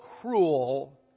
cruel